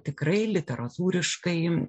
tikrai literatūriškai